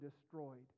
destroyed